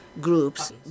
groups